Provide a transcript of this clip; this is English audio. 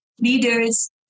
leaders